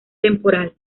temporal